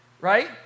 Right